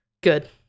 Good